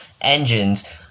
engines